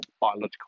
biological